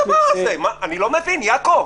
אני לא מבין, יעקב.